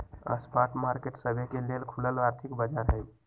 spot market सबके लेल खुलल आर्थिक बाजार हइ